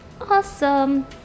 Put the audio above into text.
awesome